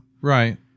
Right